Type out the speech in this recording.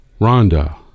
Rhonda